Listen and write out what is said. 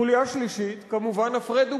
חוליה שלישית, כמובן, הפרד ומשול.